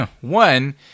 one